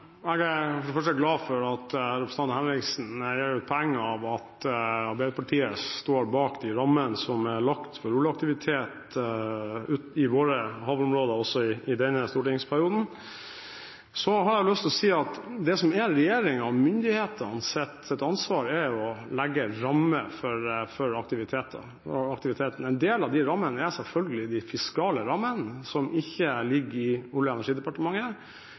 Jeg er for det første glad for at representanten Henriksen gjør et poeng av at Arbeiderpartiet står bak de rammene som er lagt for oljeaktivitet i våre havområder også i denne stortingsperioden. Så har jeg lyst til å si at det som er regjeringen og myndighetenes ansvar, er å legge rammer for aktiveten. En del av de rammene er selvfølgelig de fiskale rammene, som ikke ligger under Olje- og energidepartementet.